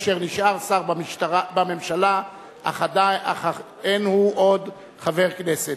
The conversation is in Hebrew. אשר נשאר שר בממשלה אך אין הוא עוד חבר כנסת.